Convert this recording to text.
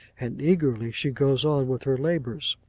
and eagerly, she goes on with her labours.